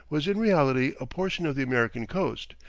was, in reality, a portion of the american coast,